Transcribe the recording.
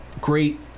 great